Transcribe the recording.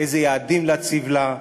איזה יעדים להציב לה.